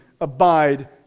abide